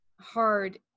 hard